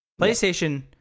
PlayStation